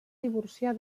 divorciar